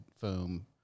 foam